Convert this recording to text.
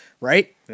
right